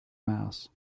mass